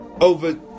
Over